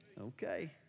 okay